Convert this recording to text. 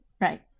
right